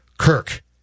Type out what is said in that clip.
Kirk